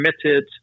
committed